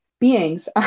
beings